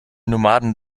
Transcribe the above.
nomaden